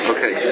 Okay